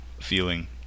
feeling